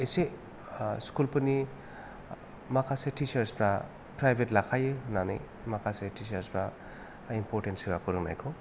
एसे स्कुलफोरनि माखासे टीचार्सफ्रा प्राइभेट लाखायो होन्नानै माखासे टीचार्सफ्रा इम्परटेन्स होया फोरोंनायखौ